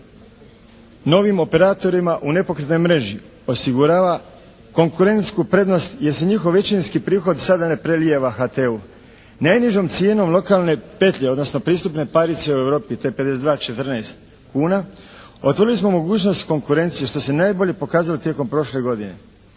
novim operatorima u nepokretnoj mreži osigurava konkurentsku prednost jer se njihov većinski prihod sada ne prelijeva HT-u. Najnižom cijenom lokalne petlje odnosno pristupne …/Govornik se ne razumije./… u Europi to je 52,14 kuna otvorili smo mogućnost konkurencije što je najbolje pokazalo tijekom prošle godine.